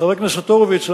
חבר הכנסת הורוביץ,